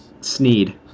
Sneed